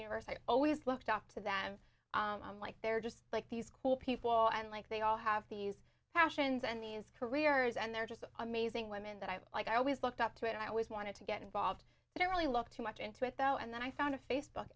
universe i always looked up to them like they're just like these cool people and like they all have these passions and these careers and they're just amazing women that i like i always looked up to and i always wanted to get involved but i really looked too much into it though and then i found a facebook